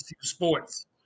sports